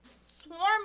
swarming